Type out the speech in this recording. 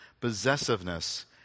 possessiveness